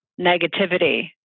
negativity